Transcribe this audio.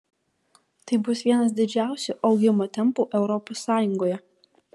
tai bus vienas didžiausių augimo tempų europos sąjungoje